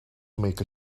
make